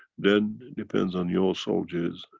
then depends on your soldiers,